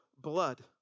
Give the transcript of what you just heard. blood